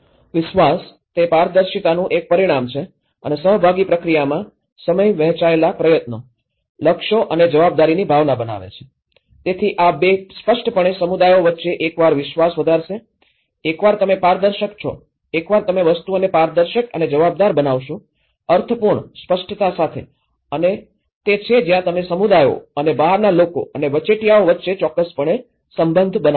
વિશ્વાસ તે પારદર્શિતાનું એક પરિણામ છે અને સહભાગી પ્રક્રિયામાં સમય વહેંચાયેલા પ્રયત્નો લક્ષ્યો અને જવાબદારીની ભાવના બનાવે છે તેથી આ 2 સ્પષ્ટપણે સમુદાયો વચ્ચે એકવાર વિશ્વાસ વધારશે એકવાર તમે પારદર્શક છો એકવાર તમે વસ્તુઓને પારદર્શક અને જવાબદાર બનાવશો અર્થપૂર્ણ સ્પષ્ટતા સાથે અને તે છે જ્યાં તમે સમુદાયો અને બહારના લોકો અને વચેટિયાઓ વચ્ચે ચોક્કસપણે સંબંધ બનાવશો